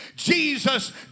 Jesus